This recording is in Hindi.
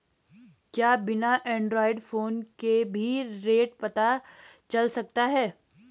क्या बिना एंड्रॉयड फ़ोन के भी रेट पता चल सकता है?